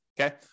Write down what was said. okay